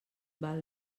val